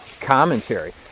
commentary